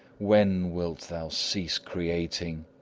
when wilt thou cease creating?